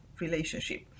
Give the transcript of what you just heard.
relationship